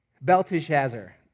Belteshazzar